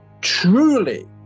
truly